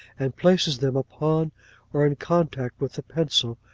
and places them upon or in contact with the pencil,